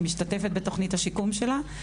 היא משתתפת בתוכנית השיקום שלה,